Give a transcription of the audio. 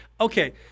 okay